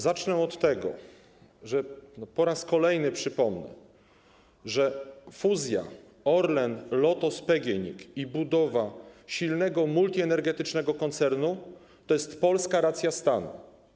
Zacznę od tego, że po raz kolejny przypomnę, że fuzja: Orlen, Lotos i PGNiG oraz budowa silnego, multienergetycznego koncernu to jest polska racja stanu.